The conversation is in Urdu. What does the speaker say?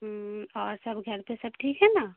اور سب گھر پہ سب ٹھیک ہے نا